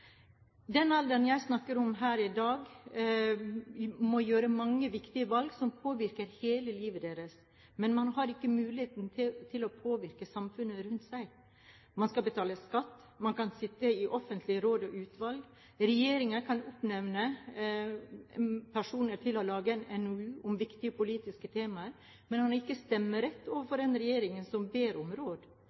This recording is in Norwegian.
den alderen jeg snakker om her i dag, må man gjøre mange viktige valg som påvirker hele livet, men man har ikke mulighet til å påvirke samfunnet rundt seg. Man skal betale skatt, man kan sitte i offentlige råd og utvalg. Regjeringen kan oppnevne personer til å lage en NOU om viktige politiske temaer, men de har ikke stemmerett overfor den regjeringen som ber